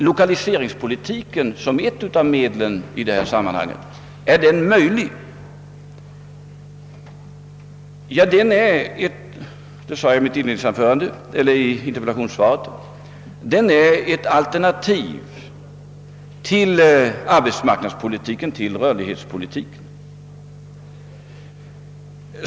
Lokaliseringspolitiken är — som jag sade i mitt interpellationssvar -— ett alternativ till arbetsmarknadspolitiken, till rörlighetspolitiken.